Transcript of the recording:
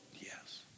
Yes